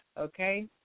Okay